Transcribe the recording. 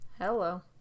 Hello